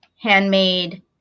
handmade